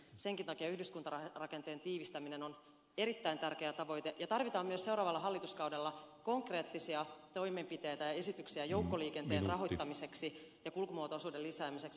senkin takia yhdyskuntarakenteen tiivistäminen on erittäin tärkeä tavoite ja tarvitaan myös seuraavalla hallituskaudella konkreettisia toimenpiteitä ja esityksiä joukkoliikenteen rahoittamiseksi ja kulkumuoto osuuden lisäämiseksi